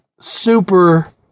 super